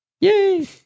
Yay